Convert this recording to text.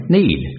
need